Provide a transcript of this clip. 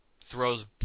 throws